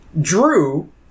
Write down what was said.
drew